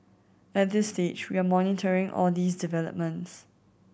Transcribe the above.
at this stage we are monitoring all these developments